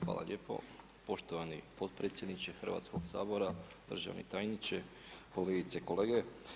Hvala lijepo poštovani potpredsjedniče Hrvatskog sabora, državni tajniče, kolegice i kolege.